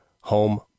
home